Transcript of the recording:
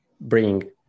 bring